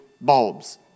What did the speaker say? bulbs